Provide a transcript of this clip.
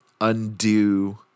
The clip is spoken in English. undo